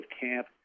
camp